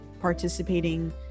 participating